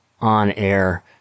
on-air